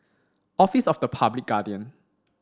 Office of the Public Guardian